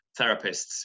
therapists